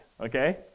okay